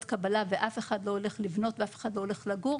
קבלה ואף אחד לא הולך לבנות ואף אחד לא הולך לגור,